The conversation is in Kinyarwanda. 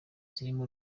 zirimo